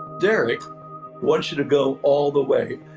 derek wants you to go all the way,